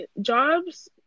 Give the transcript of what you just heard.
jobs